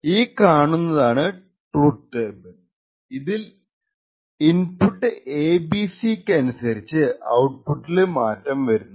ഈ കാണുതാണ് truth table ഇതിൽ ഇൻപുട്ട് എബിസി ABC ക്കനുസരിച്ചു ഔട്പുട്ടില് മാറ്റം വരുന്നു